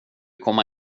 komma